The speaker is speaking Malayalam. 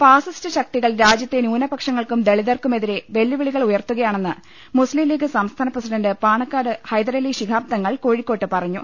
ഫാസിസ്റ്റ് ശക്തികൾ രാജൃത്തെ ന്യൂനപക്ഷങ്ങൾക്കും ദളിതർക്കും എതിരേ വെല്ലുവിളികൾ ഉയർത്തുകയാണെന്ന് മുസ്ലിംലീഗ് സംസ്ഥാന പ്രസിഡന്റ് പാണക്കാട് ഹൈദരലി ശിഹാബ് തങ്ങൾ കോഴിക്കോട് പറ ഞ്ഞു